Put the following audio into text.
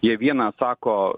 jie vieną sako